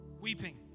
weeping